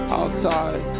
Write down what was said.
outside